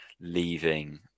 leaving